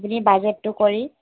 আপুনি বাজেটটো কৰি